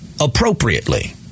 appropriately